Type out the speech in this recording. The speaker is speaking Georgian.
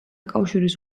კავშირის